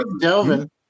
Delvin